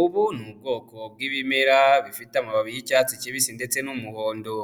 Ubu ni ubwoko bw'ibimera bifite amababi y'icyatsi kibisi ndetse n'umuhondo,